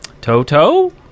Toto